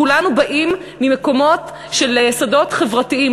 כולנו באים ממקומות של שדות חברתיים.